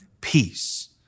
peace